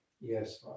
Yes